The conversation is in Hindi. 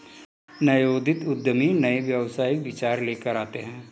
नवोदित उद्यमी नए व्यावसायिक विचार लेकर आते हैं